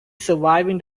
surviving